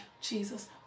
Jesus